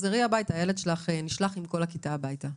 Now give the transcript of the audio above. תחזרי הביתה, הילד נשלח עם כל הכיתה הביתה.